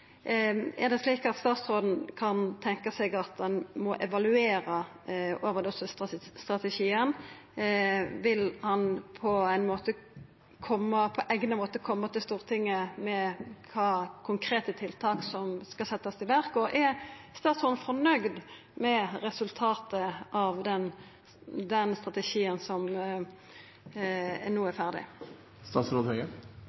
Er det slik at statsråden kan tenkja seg at ein må evaluera overdosestrategien? Vil han på eigna måte koma til Stortinget med kva for konkrete tiltak som skal setjast i verk? Og er statsråden fornøgd med resultatet av den strategien som no